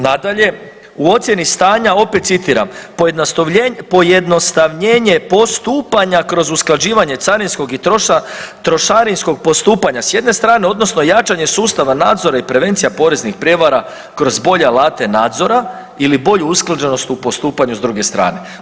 Nadalje, u ocjeni stanja opet citiram, pojednostavljenje postupanja kroz usklađivanje carinskog i trošarinskog postupanja s jedne strane odnosno jačanje sustava nadzora i prevencija poreznih prijevara kroz bolje alate nadzora ili bolju usklađenost u postupanju s druge strane.